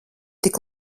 tik